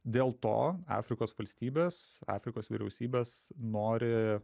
dėl to afrikos valstybės afrikos vyriausybės nori